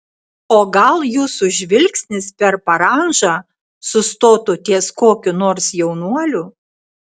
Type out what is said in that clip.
o gal jūsų žvilgsnis per parandžą sustotų ties kokiu nors jaunuoliu